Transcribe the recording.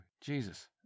jesus